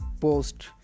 post